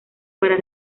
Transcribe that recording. para